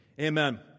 Amen